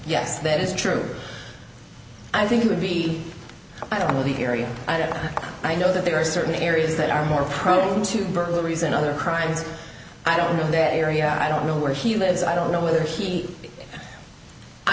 yes that is true i think it would be i don't know the area and i know that there are certain areas that are more prone to burglaries and other crimes i don't know that area i don't know where he lives i don't know whether he i